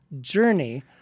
journey